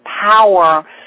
power